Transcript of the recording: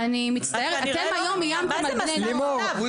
מה זה מסע צלב?